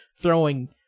throwing